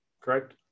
Correct